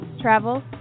travel